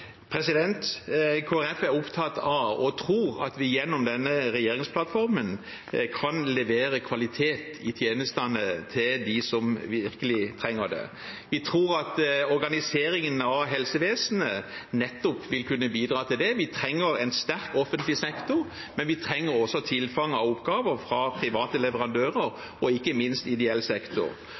er opptatt av og tror at vi gjennom denne regjeringsplattformen kan levere kvalitet i tjenestene til dem som virkelig trenger det. Vi tror at organiseringen av helsevesenet nettopp vil kunne bidra til det. Vi trenger en sterk offentlig sektor, men vi trenger også tilfang av oppgaver fra private leverandører og ikke minst ideell sektor.